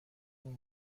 اون